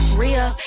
real